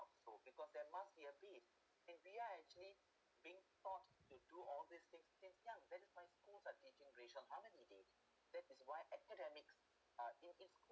so because there must be a bit and we are actually being taught to do all these things since young that is why schools are teaching racial harmony days that is why academics uh is is